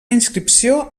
inscripció